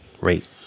rate